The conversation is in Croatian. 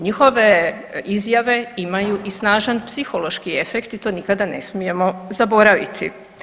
Njihove izjave imaju i snažan psihološki efekt i to nikada ne smijemo zaboraviti.